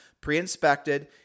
pre-inspected